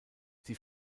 sie